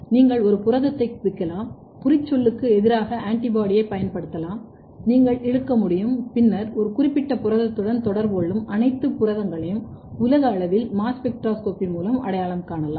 நீங்கள் ஒரு புரதத்தைக் குறிக்கலாம் குறிச்சொல்லுக்கு எதிராக ஆன்டிபாடியைப் பயன்படுத்தலாம் நீங்கள் இழுக்க முடியும் பின்னர் ஒரு குறிப்பிட்ட புரதத்துடன் தொடர்பு கொள்ளும் அனைத்து புரதங்களையும் உலக அளவில் மாஸ் ஸ்பெக்ட்ரோஸ்கோபி மூலம் அடையாளம் காணலாம்